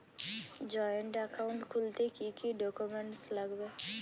Joint account খুলতে কি কি ডকুমেন্টস লাগবে?